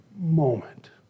moment